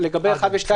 לגבי (1) ו-(2),